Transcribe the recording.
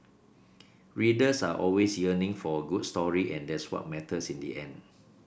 readers are always yearning for a good story and that's what matters in the end